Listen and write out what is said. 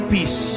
Peace